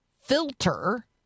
filter